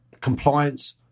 compliance